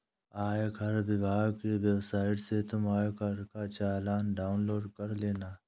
आयकर विभाग की वेबसाइट से तुम आयकर का चालान डाउनलोड कर लेना